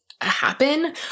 happen